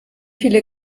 viele